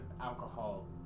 alcohol